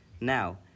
Now